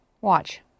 Watch